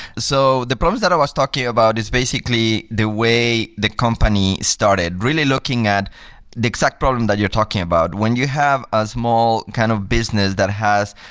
so the problems that i was talking about is basically the way the company started. really looking at the exact problem that you're talking about. when you have a small kind of business that has,